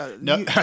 No